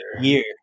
year